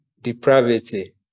depravity